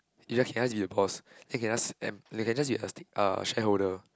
you can just be the boss then can ask them they can just be a stake~ uh a shareholder